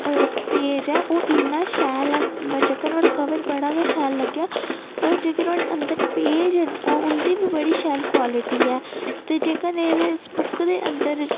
page ऐ ओह् इन्ना शैल ऐ जेह्का नुहाड़ा कवर बड़ा गै शैल लग्गेआ ओह् जेह्का नुहाड़े अंदर पेज न ओह् उं'दी बी बड़ी शैल क्वालिटी ऐ ते जेह्का ने इस बुक दे अंदर